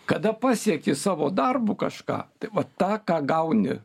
kada pasieki savo darbu kažką va tą ką gauni